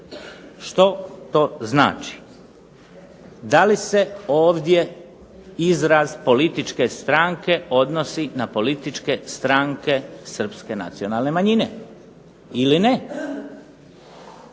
Što to znači? Da li se ovdje izraz političke stranke odnosi na političke stranke Srpske nacionalne manjine ili ne.